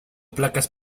placas